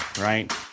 right